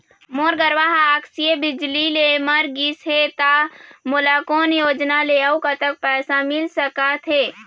मोर गरवा हा आकसीय बिजली ले मर गिस हे था मोला कोन योजना ले अऊ कतक पैसा मिल सका थे?